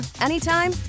anytime